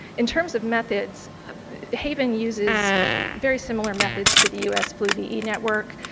in terms of methods haven uses very similar methods to the us flu ve network,